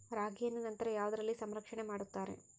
ರಾಗಿಯನ್ನು ನಂತರ ಯಾವುದರಲ್ಲಿ ಸಂರಕ್ಷಣೆ ಮಾಡುತ್ತಾರೆ?